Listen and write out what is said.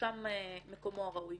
שם מקומו הראוי.